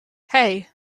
hey